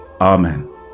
Amen